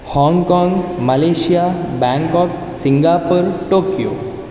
Hong Kong Malaysia Bangkok Singapore Tokyo